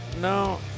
No